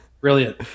brilliant